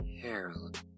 Harold